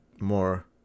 more